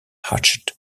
hatched